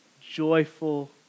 joyful